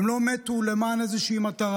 הם לא מתו למען איזושהי מטרה.